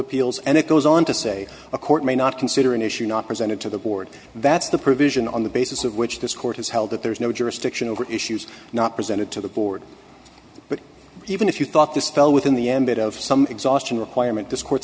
appeals and it to on to say a court may not consider an issue not presented to the board that's the provision on the basis of which this court has held that there is no jurisdiction over issues not presented to the board but even if you thought this fell within the ambit of some exhaustion requirement this court